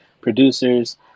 producers